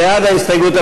ההסתייגות?